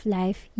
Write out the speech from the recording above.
life